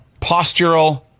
postural